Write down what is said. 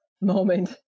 moment